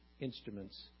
instruments